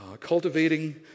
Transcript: cultivating